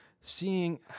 seeing